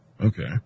okay